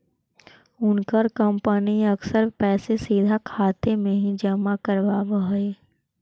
उनकर कंपनी अक्सर पैसे सीधा खाते में ही जमा करवाव हई